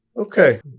Okay